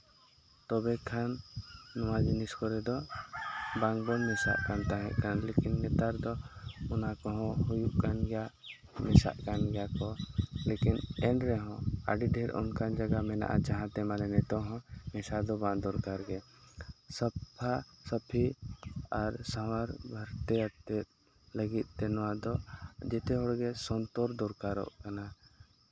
ᱛᱚᱵᱮ ᱠᱷᱟᱱ ᱱᱚᱣᱟ ᱡᱤᱱᱤᱥ ᱠᱚᱨᱮ ᱫᱚ ᱵᱟᱝᱵᱚᱱ ᱢᱮᱥᱟᱜ ᱠᱟᱱ ᱛᱟᱦᱮᱸ ᱠᱟᱱᱟ ᱞᱮᱠᱤᱱ ᱱᱮᱛᱟᱨ ᱫᱚ ᱚᱱᱟ ᱠᱚᱦᱚᱸ ᱦᱩᱭᱩᱜ ᱠᱟᱱ ᱜᱮᱭᱟ ᱢᱮᱥᱟᱜ ᱠᱟᱱ ᱜᱮᱭᱟ ᱠᱚ ᱞᱮᱠᱤᱱ ᱮᱱ ᱨᱮᱦᱚᱸ ᱟᱹᱰᱤ ᱰᱷᱮᱨ ᱚᱱᱠᱟᱱ ᱡᱟᱭᱜᱟ ᱢᱮᱱᱟᱜᱼᱟ ᱡᱟᱦᱟᱸ ᱛᱮ ᱢᱟᱱᱮ ᱱᱤᱛᱚᱝ ᱦᱚᱸ ᱢᱮᱥᱟ ᱫᱚ ᱵᱟᱝ ᱫᱚᱨᱠᱟᱨ ᱜᱮ ᱥᱟᱯᱷᱟᱼᱥᱟᱹᱯᱷᱤ ᱟᱨ ᱥᱟᱶᱟᱨ ᱛᱮ ᱟᱛᱮᱫ ᱞᱟᱹᱜᱤᱫ ᱛᱮ ᱱᱚᱣᱟᱫᱚ ᱡᱮᱛᱮ ᱦᱚᱲᱜᱮ ᱥᱚᱱᱛᱚᱨ ᱫᱚᱨᱠᱟᱨᱚᱜ ᱠᱟᱱᱟ